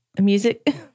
Music